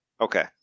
Okay